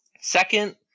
Second